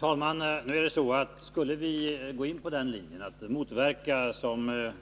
Herr talman! Skulle vi gå in på den linjen att, som herr